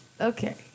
Okay